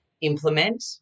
implement